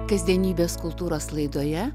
kasdienybės kultūros laidoje